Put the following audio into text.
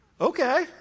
okay